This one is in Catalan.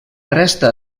resta